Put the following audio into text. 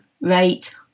rate